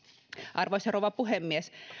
arvoisa rouva puhemies